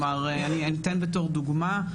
אני אתן בתור דוגמה: